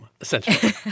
essentially